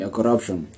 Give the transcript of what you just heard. Corruption